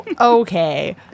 Okay